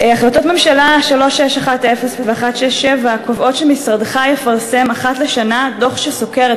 החלטות ממשלה 3610 ו-167 קובעות שמשרדך יפרסם אחת לשנה דוח שסוקר את